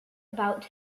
about